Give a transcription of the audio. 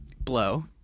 Blow